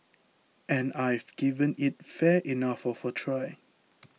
and I've given it fair enough of a try